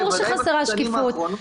בוודאי בשנים האחרונות.